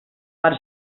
per